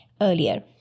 earlier